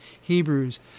Hebrews